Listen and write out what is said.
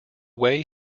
way